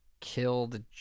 killed